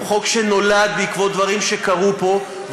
הוא חוק שנולד בעקבות דברים שקרו פה,